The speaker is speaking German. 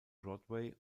broadway